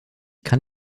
kann